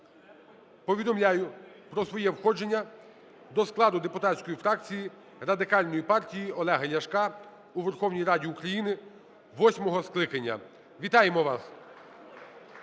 "Повідомляю про своє входження до складу депутатської фракції Радикальної партії Олега Ляшка у Верховній Раді України восьмого скликання". Вітаємо вас.